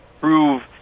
prove